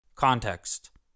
Context